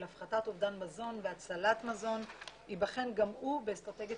הפחתת אובדן מזון והצלת מזון ייבחן גם הוא באסטרטגיית